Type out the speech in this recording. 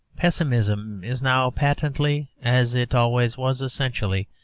pessimism is now patently, as it always was essentially,